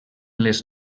les